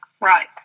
Right